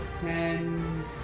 ten